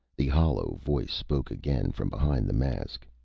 the hollow voice spoke again, from behind the mask.